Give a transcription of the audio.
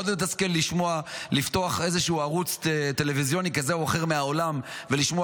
מאוד מתסכל לפתוח איזשהו ערוץ טלוויזיוני כזה או אחר מהעולם ולשמוע